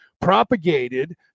propagated